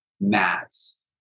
mats